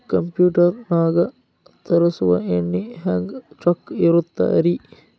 Computer ನಾಗ ತರುಸುವ ಎಣ್ಣಿ ಹೆಂಗ್ ಚೊಕ್ಕ ಇರತ್ತ ರಿ?